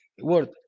word